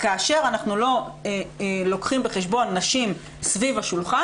כאשר אנחנו לא לוקחים בחשבון נשים סביב השולחן,